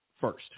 first